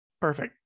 perfect